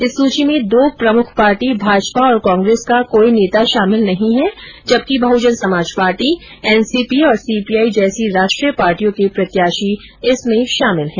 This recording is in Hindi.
इस सूची में दो प्रमुख पार्टी भाजपा और कांग्रेस का कोई नेता शामिल नहीं है जबकि बहुजन समाज पार्टी एनसीपी और सीपीआई जैसी राष्ट्रीय पार्टियों के प्रत्याशी इसमें शामिल है